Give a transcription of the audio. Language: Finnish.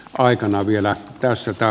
aikanaan vielä käsittää